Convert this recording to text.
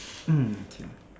mm okay